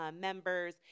members